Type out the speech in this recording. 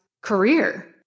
career